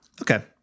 Okay